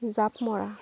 জাপ মৰা